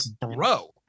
bro